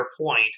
point